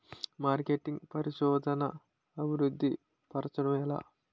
marketing పరిశోధనదా అభివృద్ధి పరచడం ఎలా